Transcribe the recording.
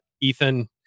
Ethan